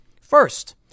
First